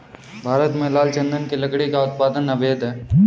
भारत में लाल चंदन की लकड़ी का उत्पादन अवैध है